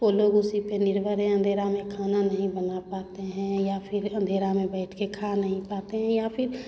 वाे लोग उसी पे निर्भर हैं अंधेरा में खाना नहीं बना पाते हैं या फिर अंधेरा में बैठ के खा नहीं पाते हैं या फिर